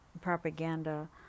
propaganda